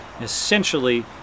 essentially